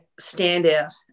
standout